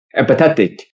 empathetic